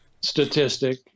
statistic